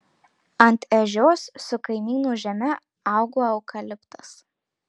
ant ežios su kaimynų žeme augo eukaliptas